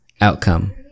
outcome